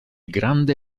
grande